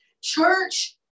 Church